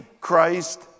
Christ